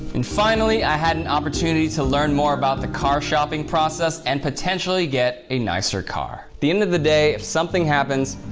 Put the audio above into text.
and finally, i had an opportunity to learn more about the car shopping process, and potentially get a nicer car. at the end of the day, if something happens,